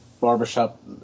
barbershop